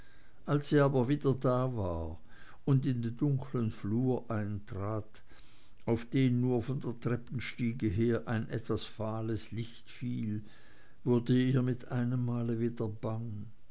als sie aber wieder da war und in den dunklen flur eintrat auf den nur von der treppenstiege her ein etwas fahles licht fiel wurde ihr mit einemmal wieder bang